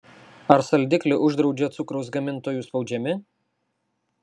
ar saldiklį uždraudžia cukraus gamintojų spaudžiami